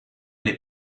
les